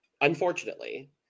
unfortunately